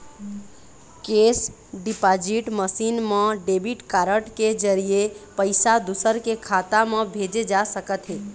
cash deposit machine म debit card के जरिए पइसा दूसर के खाता म भेजे जा सकत हे